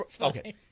Okay